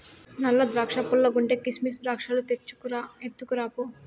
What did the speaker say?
నల్ల ద్రాక్షా పుల్లగుంటే, కిసిమెస్ ద్రాక్షాలు తెచ్చుకు రా, ఎత్తుకురా పో